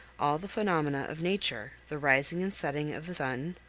all the phenomena of nature, the rising and setting of the sun,